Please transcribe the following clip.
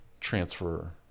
transfer